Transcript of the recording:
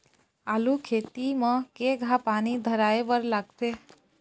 आलू खेती म केघा पानी धराए बर लागथे?